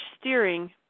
steering